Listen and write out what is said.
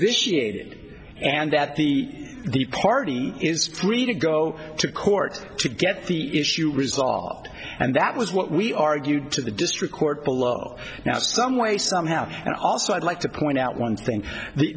good and that the the party is free to go to court to get the issue resolved and that was what we argued to the district court below now some way somehow and also i'd like to point out one thing